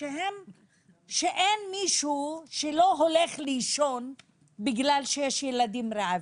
שאין מישהו שלא הולך לישון בגלל שיש ילדים רעבים.